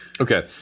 Okay